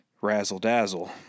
razzle-dazzle